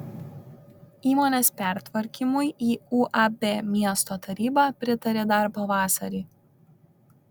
įmonės pertvarkymui į uab miesto taryba pritarė dar pavasarį